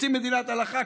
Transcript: רוצים מדינת הלכה?